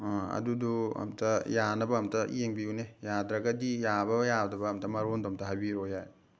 ꯑꯗꯨꯗꯣ ꯑꯝꯇ ꯌꯥꯅꯕ ꯑꯝꯇ ꯌꯦꯡꯕꯤꯌꯨꯅꯦ ꯌꯥꯗ꯭ꯔꯒꯗꯤ ꯌꯥꯕ ꯌꯥꯗꯕ ꯑꯝꯇ ꯃꯔꯣꯟꯗꯣ ꯑꯝꯇ ꯍꯥꯏꯕꯤꯔꯛꯑꯣ ꯌꯥꯏ